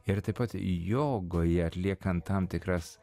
ir taip pat jogoje atliekant tam tikras